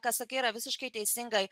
ką sakai yra visiškai teisingai